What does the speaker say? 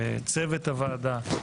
כך גם צוות הוועדה.